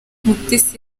mutesi